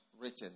written